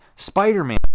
spider-man